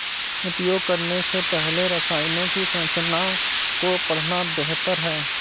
उपयोग करने से पहले रसायनों की संरचना को पढ़ना बेहतर है